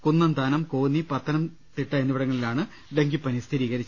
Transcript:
കുന്നന്താനം കോന്നി പത്തനംതിട്ട എന്നിവിടങ്ങളിലാണ് ഡങ്കിപ്പനി സ്ഥിരീകരിച്ചത്